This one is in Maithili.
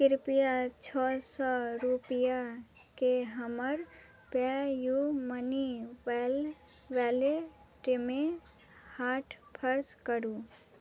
कृपया छओ सओ रुपैआकेँ हमर पेयूमनी वैल वालेटमे ट्रान्सफर करू